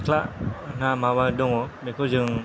सिख्ला ना माबा दङ बेखौ जों